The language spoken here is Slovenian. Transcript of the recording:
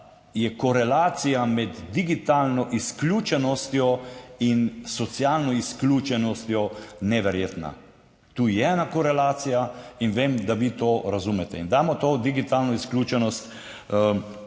je korelacija med digitalno izključenostjo in socialno izključenostjo neverjetna. Tu je korelacija in vem, da vi to razumete. Dajmo to digitalno izključenost